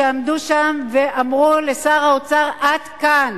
שעמדו שם ואמרו לשר האוצר: עד כאן.